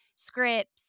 scripts